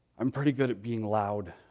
i'm pretty good at being loud,